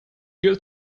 good